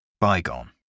Bygone